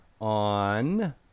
on